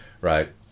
right